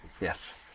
Yes